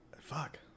fuck